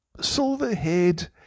silver-haired